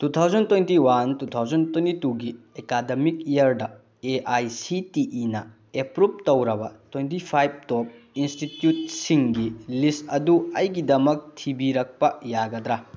two thousand twenty one two thousand twenty ꯇꯨꯒꯤ academic ꯏꯌꯥꯔꯗ A I C T ꯏꯤꯅ approve ꯇꯧꯔꯕ twenty five top ꯏꯟꯁꯇꯤꯇ꯭ꯌꯨꯠꯁꯤꯡꯒꯤ list ꯑꯗꯨ ꯑꯩꯒꯤꯗꯃꯛ ꯊꯤꯕꯤꯔꯛꯄ ꯌꯥꯒꯗ꯭ꯔꯥ